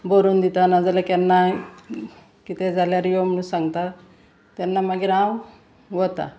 बरोवन दिता नाजाल्या केन्नाय कितें जाल्यार यो म्हणून सांगता तेन्ना मागीर हांव वता